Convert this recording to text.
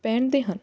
ਪਹਿਨਦੇ ਹਨ